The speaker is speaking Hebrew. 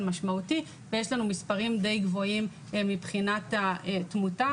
משמעותי ויש לנו מספרים די גבוהים מבחינת התמותה,